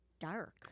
dark